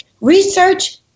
research